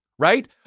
right